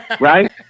Right